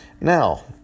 Now